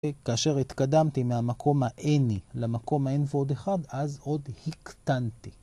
וכאשר התקדמתי מהמקום הNי למקום הN ועוד אחד אז עוד הקטנתי.